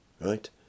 Right